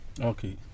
Okay